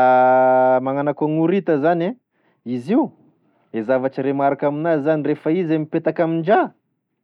Magnano akoa gn'orita zany e, izy io e zavatra remarika amin'azy zany rehefa izy mipetaka amin-draha,